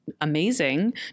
amazing